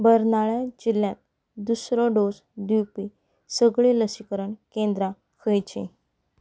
बर्नाळा जिल्ल्यांत दुसरो डोस दिवपी सगळीं लसीकरण केंद्रां खंयचीं